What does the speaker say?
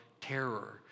terror